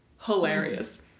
Hilarious